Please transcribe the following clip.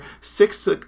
six